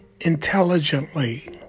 intelligently